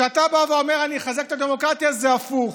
כשאתה בא ואומר: אני אחזק את הדמוקרטיה, זה הפוך.